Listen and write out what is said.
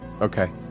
okay